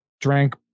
drank